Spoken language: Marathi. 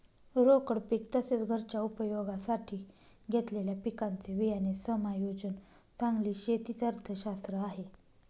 रोकड पीक तसेच, घरच्या उपयोगासाठी घेतलेल्या पिकांचे बियाणे समायोजन चांगली शेती च अर्थशास्त्र आहे